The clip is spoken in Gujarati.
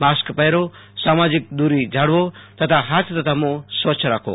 માસ્ક પહેરો સામાજિક દુરી જાળવો તેમજ હાથ તથા મોં સાફ રાખો